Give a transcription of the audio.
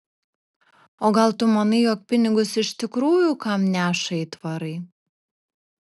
o gal tu manai jog pinigus iš tikrųjų kam neša aitvarai